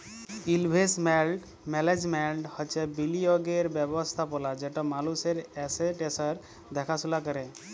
investment management হছে বিলিয়গের ব্যবস্থাপলা যেট মালুসের এসেট্সের দ্যাখাশুলা ক্যরে